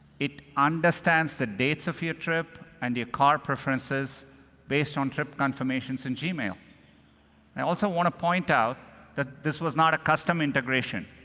it understands the dates of your trip and your car preferences based on trip confirmations and gmail. and i also want to point out that this was not a custom integration.